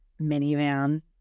minivan